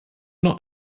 not